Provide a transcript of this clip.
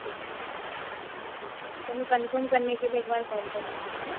ठीक हाँ ठीक है तो मैं कंफ़म करने के लिए एक बार कॉल करूँगा आपको